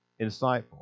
insightful